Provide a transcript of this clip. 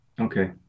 Okay